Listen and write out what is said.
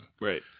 Right